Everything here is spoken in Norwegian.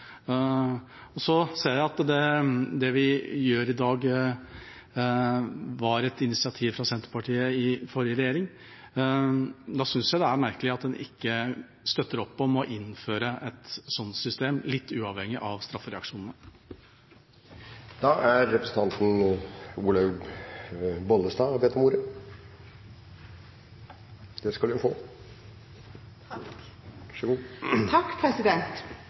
Det vi gjør i dag, er på initiativ fra Senterpartiet i forrige regjering, og da synes jeg det er merkelig at en ikke støtter opp om å innføre et slikt system, litt uavhengig av straffereaksjonene. Jeg har bare lyst til å klargjøre noe, for det